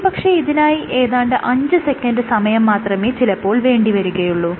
ഒരു പക്ഷെ ഇതിനായി ഏതാണ്ട് അഞ്ച് സെക്കൻഡ് സമയം മാത്രമേ ചിലപ്പോൾ വേണ്ടിവരുകയുള്ളു